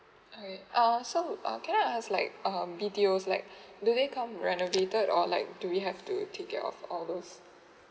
hi err so um can I ask like um details like do they come renovated or like do we have to take care of our rooms